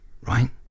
right